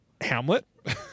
Hamlet